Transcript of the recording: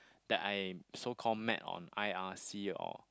that I so called met on I_R_C or